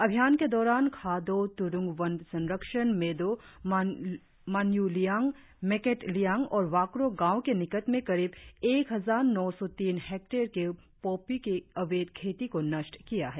अभियान के दौरान खादो त्रुंग वन संरक्षण मेदो मानय्लियांग मेकेटलियांग और वाकरो गांव के निकट में करीब एक हजार नौ सौ तीन हेक्टेयर की पॉपी की अवैध खेती को नष्ट किया है